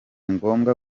ngombwa